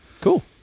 Cool